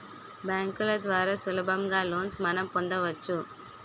బ్యాంకుల ద్వారా సులభంగా లోన్స్ మనం పొందవచ్చు